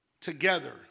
together